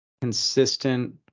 consistent